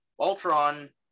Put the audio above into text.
Ultron